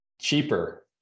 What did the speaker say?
cheaper